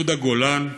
יהודה גולן,